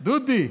דודי,